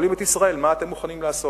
שואלים את ישראל מה אתם מוכנים לעשות.